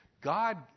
God